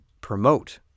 promote